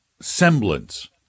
semblance